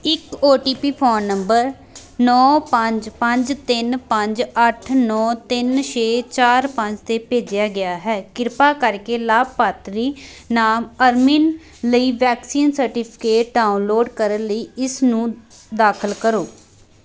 ਇੱਕ O T P phone number ਨੌਂ ਪੰਜ ਪੰਜ ਤਿੰਨ ਪੰਜ ਅੱਠ ਨੌਂ ਤਿੰਨ ਛੇ ਚਾਰ ਪੰਜ 'ਤੇ ਭੇਜਿਆ ਗਿਆ ਹੈ ਕਿਰਪਾ ਕਰਕੇ ਲਾਭਪਾਤਰੀ ਨਾਮ ਅਰਮਿਨ ਲਈ ਵੈਕਸੀਨ ਸਰਟੀਫਿਕੇਟ ਡਾਊਨਲੋਡ ਕਰਨ ਲਈ ਇਸਨੂੰ ਦਾਖਲ ਕਰੋ